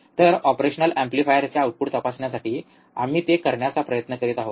तर ऑपरेशनल एम्प्लीफायरचे आऊटपुट तपासण्यासाठी आम्ही ते करण्याचा प्रयत्न करीत आहोत